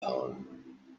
poem